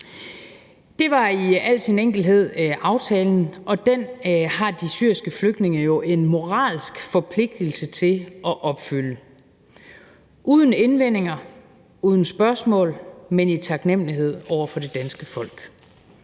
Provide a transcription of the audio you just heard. Det var i al sin enkelhed aftalen, og den har de syriske flygtninge jo en moralsk forpligtelse til at opfylde – uden indvendinger, uden spørgsmål, men i taknemlighed over for det danske folk.